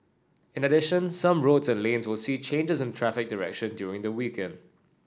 in addition some roads and lanes will see changes in traffic direction during the weekend